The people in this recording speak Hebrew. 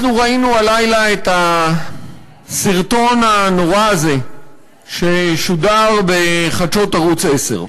ראינו הלילה את הסרטון הנורא הזה ששודר בחדשות ערוץ 10,